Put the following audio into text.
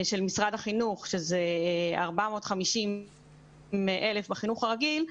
של משרד החינוך, שזה 450,000 בחינוך הרגיל,